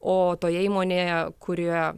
o toje įmonėje kurioje